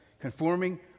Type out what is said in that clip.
conforming